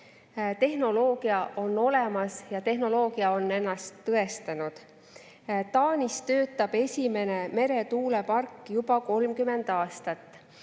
Tehnoloogia on olemas ja tehnoloogia on ennast tõestanud. Taanis on esimene meretuulepark töötanud juba 30 aastat.